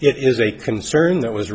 it is a concern that was